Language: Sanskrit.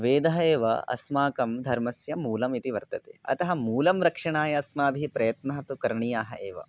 वेदः एव अस्माकं धर्मस्य मूलम् इति वर्तते अतः मूलस्य रक्षणाय अस्माभिः प्रयत्नः तु करणीयः एव